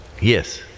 Yes